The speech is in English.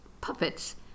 puppets